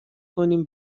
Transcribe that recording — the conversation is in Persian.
کنیم